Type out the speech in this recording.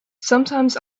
sometimes